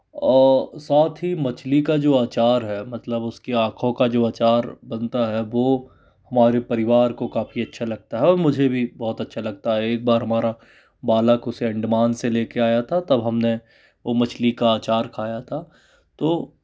और साथ ही मछली का जो अचार है मतलब उसकी आँखों का जो अचार बनता है वह हमारे परिवार को काफ़ी अच्छा लगता है मुझे भी बहुत अच्छा लगता है एक बार हमारा बालक उसे अंडमान से लेकर आया था तब हमने वह मछली का अचार खाया था तो